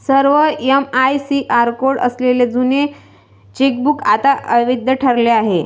सर्व MICR code असलेले जुने चेकबुक आता अवैध ठरले आहे